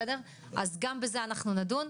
אז גם בזה אנחנו נדון.